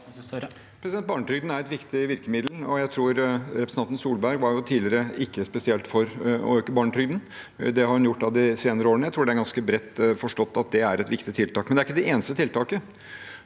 Barne- trygden er et viktig virkemiddel. Representanten Solberg var tidligere ikke spesielt for å øke barnetrygden. Det har hun gjort de senere årene. Jeg tror det er ganske bredt forstått at det er et viktig tiltak, men det er ikke det eneste tiltaket.